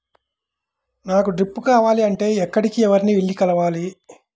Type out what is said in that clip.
నాకు డ్రిప్లు కావాలి అంటే ఎక్కడికి, ఎవరిని వెళ్లి కలవాలి?